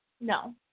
No